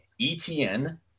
ETN